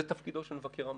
זה תפקידו של מבקר המדינה.